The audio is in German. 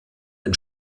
den